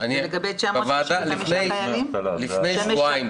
--- זה היה בוועדה של דוד ביטן לפני שבועיים.